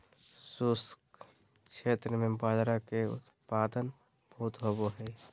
शुष्क क्षेत्र में बाजरा के उत्पादन बहुत होवो हय